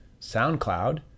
SoundCloud